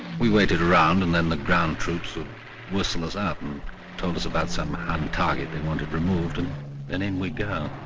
we waited around and then the ground troops would whistle us up and told us about some hardened um target they wanted removed and, and in we'd go.